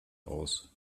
aus